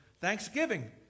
Thanksgiving